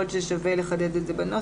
יכול להיות ששווה לחדד את זה בנוסח.